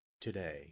today